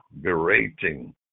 berating